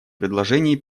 предложений